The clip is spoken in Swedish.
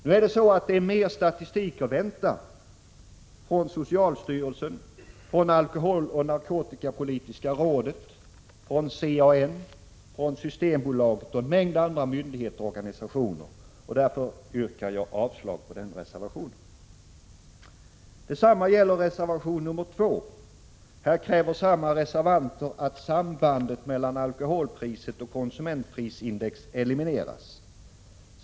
Mer statistik är emellertid att vänta från socialstyrelsen, alkoholoch narkotikapolitiska rådet, CAN, Systembolaget och en mängd andra myndigheter och organisationer. Därför yrkar jag avslag på reservationen. Detsamma gäller reservation nr 2. Här kräver samma reservanter att sambandet mellan alkoholpriset och konsumentprisindex elimineras.